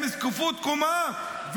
עם זקיפות קומה,